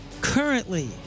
currently